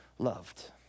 Loved